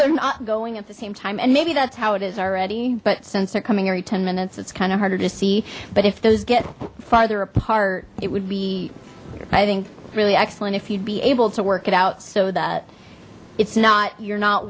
they're not going at the same time and maybe that's how it is already but since they're coming every ten minutes it's kind of harder to see but if those get farther apart it would be i think really excellent if you'd be able to work it out so that it's not you're not